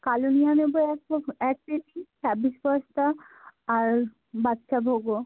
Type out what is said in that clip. কালুনিয়া নেবো হচ্ছে এক কেজি ছাব্বিশ বস্তা আর বাদশাভোগও